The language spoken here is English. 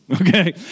Okay